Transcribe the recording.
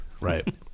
Right